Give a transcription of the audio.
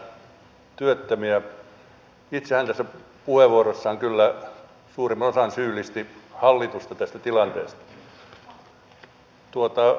itse hän tässä puheenvuorossaan kyllä suurimman osan syyllisti hallitusta tästä tilanteesta